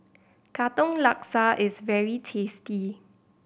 Katong Laksa is very tasty